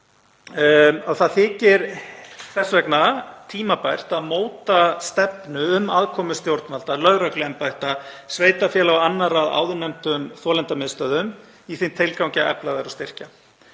og þykir þess vegna tímabært að móta stefnu um aðkomu stjórnvalda, lögregluembætta, sveitarfélaga og annarra að áðurnefndum þolendamiðstöðvum í þeim tilgangi að efla þær og styrkja.